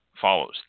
follows